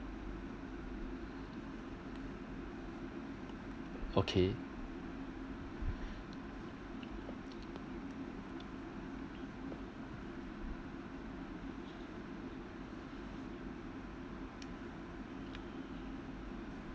okay